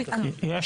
יש